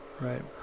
Right